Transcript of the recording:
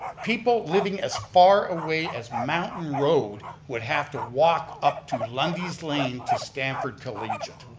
people living as far away as mountain road would have to walk up to lundys lane to stanford collegiate.